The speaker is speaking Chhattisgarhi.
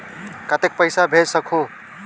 कतेक पइसा भेज सकहुं?